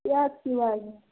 पिआज कि दर